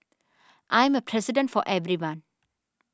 I am a president for everyone